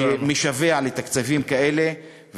שמשווע לתקציבים כאלה.